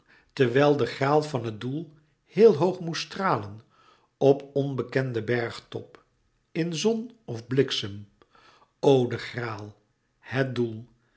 terwijl de louis couperus metamorfoze graal van het doel heel hoog moest stralen op onbekenden bergtop in zon of bliksem o de graal het doel